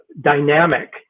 dynamic